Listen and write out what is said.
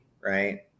right